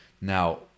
Now